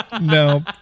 no